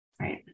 Right